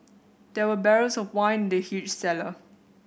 there were barrels of wine in the huge cellar